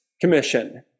Commission